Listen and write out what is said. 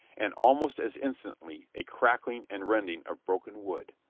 and almost as instantly a crackling and rending of broken wood.